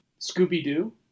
Scooby-Doo